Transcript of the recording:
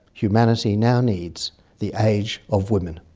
humanity now needs the age of women.